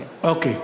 אוקיי.